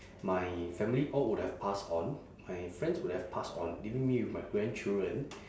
my family all would have passed on my friends would have passed on leaving me with my grandchildren